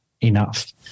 enough